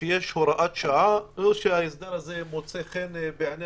כשיש הוראת שעה הוא בכך שההסדר הזה מוצא חן בעיני